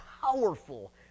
powerful